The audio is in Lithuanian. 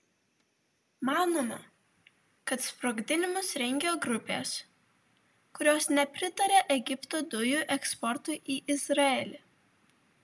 manoma kad sprogdinimus rengia grupės kurios nepritaria egipto dujų eksportui į izraelį